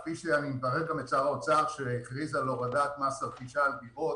ואני מברך גם את שר האוצר שהכריז על הורדת מס הרכישה על דירות.